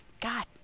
God